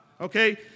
Okay